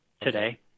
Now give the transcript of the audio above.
today